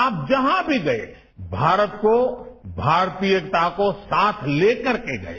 आप जहां भी गए भारत को भारतीयता को साथ लेकर के गए